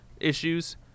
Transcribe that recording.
issues